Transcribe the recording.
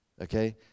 okay